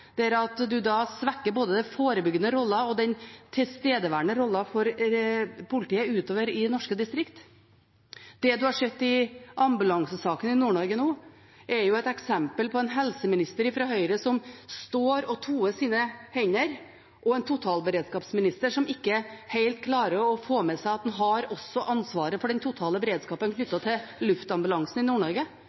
der en svekker både den forebyggende rollen og den tilstedeværende rollen for politiet utover i norske distrikter. Det en har sett i ambulansesaken i Nord-Norge nå, er et eksempel på en helseminister fra Høyre som står og toer sine hender, og en totalberedskapsminister som ikke helt klarer å få med seg at han har også ansvaret for den totale beredskapen knyttet til luftambulansen i